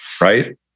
Right